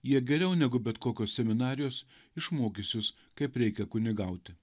jie geriau negu bet kokios seminarijos išmokys jus kaip reikia kunigauti